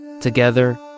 Together